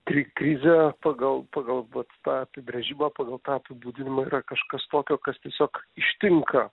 tai krizė pagal pagal vat apibrėžimą pagal tą apibūdinimą yra kažkas tokio kas tiesiog ištinka